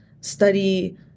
study